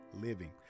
living